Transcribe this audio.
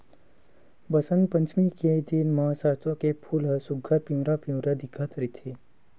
बसंत पचमी के दिन म सरसो के फूल ह सुग्घर पिवरा पिवरा दिखत रहिथे